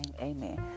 Amen